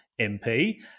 mp